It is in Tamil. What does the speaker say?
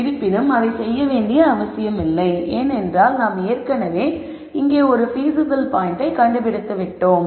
இருப்பினும் அதைச் செய்ய வேண்டிய அவசியமில்லை ஏனென்றால் நாம் ஏற்கனவே இங்கே ஒரு பீசிபில் பாயிண்ட்டை கண்டுபிடித்து விட்டோம்